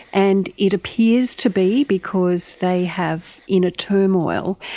and it appears to be because they have inner turmoil,